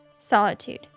Solitude